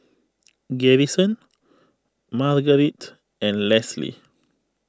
Garrison Margarite and Lesley